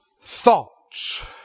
thoughts